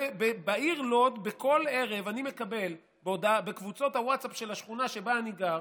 בעיר לוד בכל ערב אני מקבל בקבוצות הווטסאפ של השכונה שבה אני גר